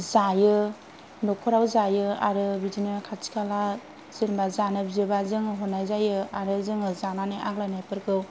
जायो न'खराव जायो आरो बिदिनो खाथिखाला जेनेबा जानो बियोबा जों हरनाय जायो आरो जोङो जानानै आग्लायनायफोरखौ